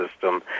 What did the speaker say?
system